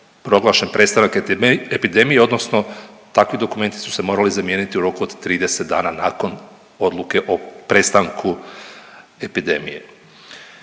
proglašen prestanak epidemije odnosno takvi dokumenti su se morali zamijeniti u roku od 30 dana nakon odluke o prestanku epidemije.